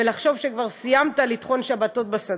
ולחשוב שכבר סיימת לטחון שבתות בסדיר.